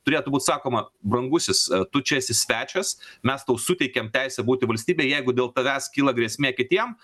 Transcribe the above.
turėtų būt sakoma brangusis tu čia esi svečias mes tau suteikiam teisę būti valstybėj jeigu dėl tavęs kyla grėsmė kitiem